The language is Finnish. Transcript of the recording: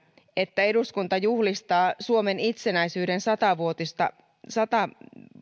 että eduskunta juhlistaa suomen itsenäisyyden sata